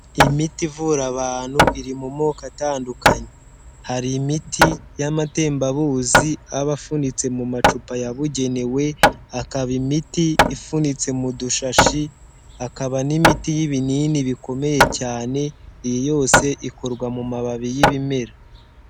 Imiti ivura abantu iri mu moko atandukanye, hari imiti y'amatembabuzi aba afunitse mu macupa yabugenewe, hakaba imiti ifunitse mu dushashi, hakaba n'imiti y'ibinini bikomeye cyane, iyi yose ikorwa mu mababi y'ibimera.